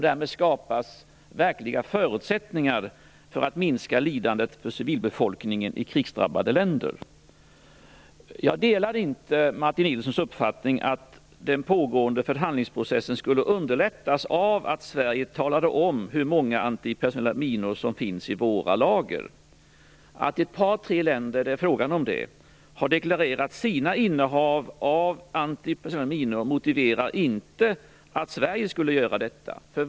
Därmed skapas verkliga förutsättningar för att minska lidandet för civilbefolkningen i krigsdrabbade länder. Jag delar inte Martin Nilssons uppfattning att den pågående förhandlingsprocessen skulle underlättas av att Sverige talade om hur många antipersonella minor som finns i våra lager. Att ett par tre länder - det är fråga om det - har deklarerat sina innehav av antipersonella minor motiverar inte att Sverige skulle göra detta.